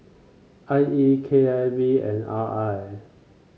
I E K I V and R I